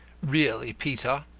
really, peter,